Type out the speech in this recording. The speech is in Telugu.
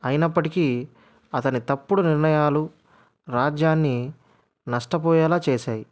అయినప్పటికీ అతని తప్పుడు నిర్ణయాలు రాజ్యాన్ని నష్టపోయేలా చేశాయి